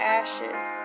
ashes